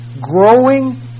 growing